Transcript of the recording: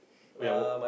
oh ya what